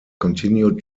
continued